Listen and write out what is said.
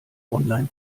online